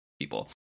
people